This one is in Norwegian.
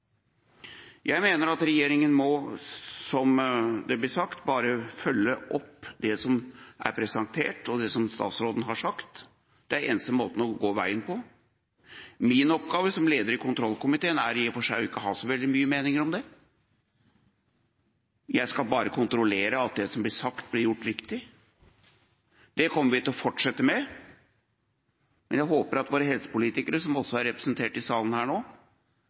Jeg mener at regjeringen bare må – som det har blitt sagt – følge opp det som har blitt presentert, og det som statsråden har sagt. Det er den eneste måten å gå veien på. Min oppgave, som leder i kontrollkomiteen, er i og for seg ikke å ha så mange meninger om det. Jeg skal bare kontrollere at det som blir sagt, blir gjort riktig. Det kommer vi til å fortsette med. Men jeg håper at våre helsepolitikere, som også er representert i salen nå,